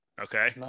okay